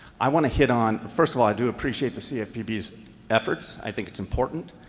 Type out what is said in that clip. i want to hit on first of all, i do appreciate the cfpb's efforts. i think it's important.